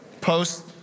post